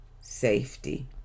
safety